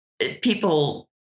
people